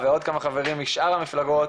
ועוד כמה חברים משאר המפלגות,